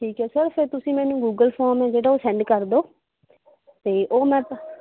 ਠੀਕ ਹੈ ਸਰ ਤੁਸੀਂ ਮੈਨੂੰ ਗੂਗਲ ਫੋਮ ਹੈ ਜਿਹੜਾ ਉਹ ਸੈਂਡ ਕਰ ਦਓ ਅਤੇ ਉਹ ਮੈਂ ਭਰ